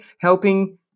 helping